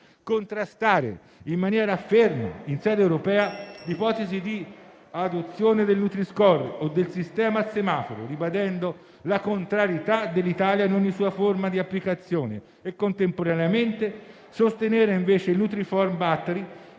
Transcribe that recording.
contrastare, in maniera ferma, in sede europea, ipotesi di adozione del nutri-score o del sistema a semaforo, ribadendo la contrarietà dell'Italia ad ogni sua forma di applicazione e contemporaneamente sostenere invece il nutrinform battery,